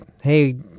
hey